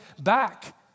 back